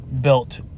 built